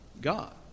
God